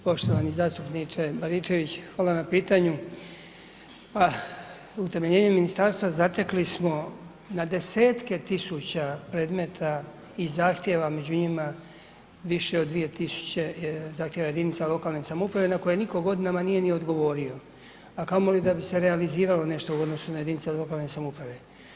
Poštovani zastupniče Baričević hvala na pitanju, pa utemeljenjem ministarstva zatekli smo na 10-tke tisuća predmeta i zahtjeva, među njima više od 2.000 zahtjeva jedinica lokalne samouprave na koje nitko godinama nije ni odgovorio, a kamoli da bi se realizirano nešto u odnosu na jedinice lokalne samouprave.